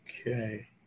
Okay